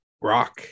Rock